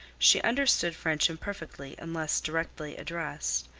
she understood french imperfectly unless directly addressed,